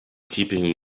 keeping